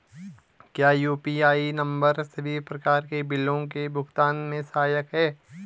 क्या UPI number सभी प्रकार के बिलों के भुगतान में सहायक हैं?